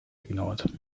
ignored